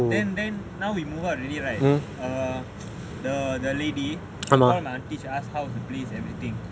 then then now we move out already right err the the lady she will call my auntie and ask how's the place everything